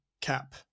cap